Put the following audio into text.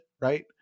Right